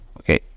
Okay